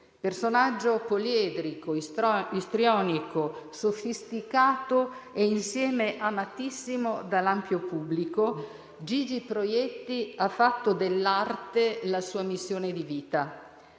Personaggio poliedrico e istrionico, sofisticato e insieme amatissimo dall'ampio pubblico, Gigi Proietti ha fatto dell'arte la sua missione di vita.